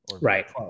right